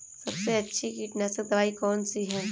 सबसे अच्छी कीटनाशक दवाई कौन सी है?